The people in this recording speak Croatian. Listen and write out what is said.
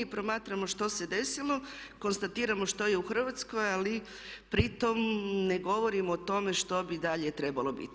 i promatramo što se desilo, konstatiramo što je u Hrvatskoj ali pritom ne govorimo o tome što bi dalje trebalo biti.